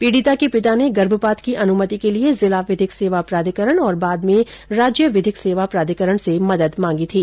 पीडिता के पिता ने गर्भपात की अनुमति के लिए जिला विधिक सेवा प्राधिकरण और बाद में राजस्थान राज्य विधिक सेवा प्राधिकरण से मदद मांगी थी